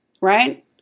Right